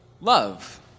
love